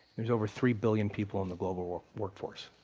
there's over three billion people in the global work work force.